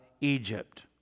Egypt